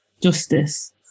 justice